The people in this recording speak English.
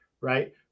right